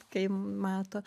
kai mato